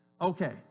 Okay